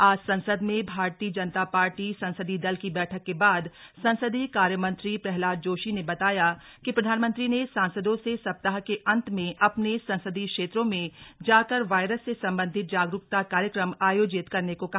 आज संसद में भारतीय जनता पार्टी संसदीय दल की बैठक के बाद संसदीय कार्यमंत्री प्रहलाद जोशी ने बताया कि प्रधानमंत्री ने सांसदों से सप्ताह के अंत में अपने संसदीय क्षेत्रों में जाकर वायरस से संबंधित जागरूकता कार्यक्रम आयोजित करने को कहा